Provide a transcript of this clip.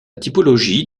typologie